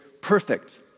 perfect